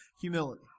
humility